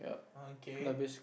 okay